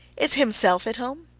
is himself at home?